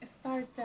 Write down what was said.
start